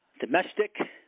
domestic